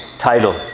Title